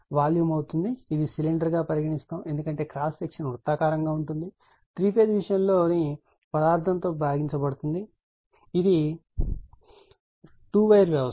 volume అవుతుంది ఇది సిలిండర్గా పరిగణిస్తాము ఎందుకంటే క్రాస్ సెక్షన్ వృత్తాకారంగా ఉంటుంది 3 ఫేజ్ విషయంలో ని పదార్థం తో భాగించబడుతుంది ఇది 2 వైర్ వ్యవస్థ